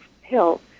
Hill